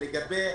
לגבי